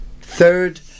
third